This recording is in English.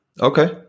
Okay